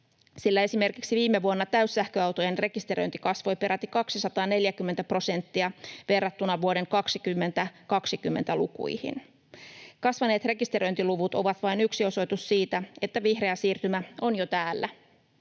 sillä esimerkiksi viime vuonna täyssähköautojen rekisteröinti kasvoi peräti 240 prosenttia verrattuna vuoden 2020 lukuihin. Kasvaneet rekisteröintiluvut ovat vain yksi osoitus siitä, että vihreä siirtymä on jo täällä.